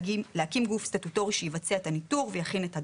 להקים גוף סטטוטורי שיבצע את הניתור ויכין את הדוח.